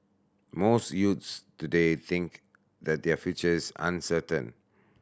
most youths today think that their future is uncertain